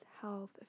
health